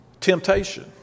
temptation